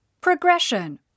Progression